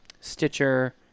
Stitcher